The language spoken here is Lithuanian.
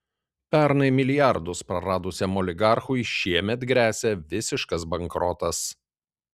pernai milijardus praradusiam oligarchui šiemet gresia visiškas bankrotas